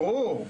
ברור,